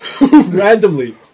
Randomly